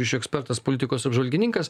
ryšių ekspertas politikos apžvalgininkas